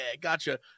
gotcha